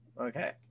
Okay